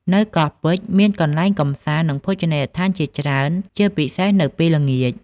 នៅកោះពេជ្រ មានកន្លែងកម្សាន្ត និងភោជនីយដ្ឋានជាច្រើន ជាពិសេសនៅពេលល្ងាច។